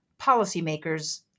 policymakers